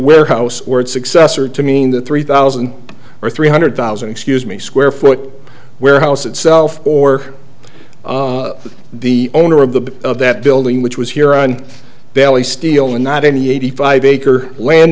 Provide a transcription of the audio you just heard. warehouse word successor to mean that three thousand or three hundred thousand excuse me square foot warehouse itself or the owner of the of that building which was here on delhi steel and not any eighty five acre land